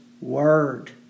Word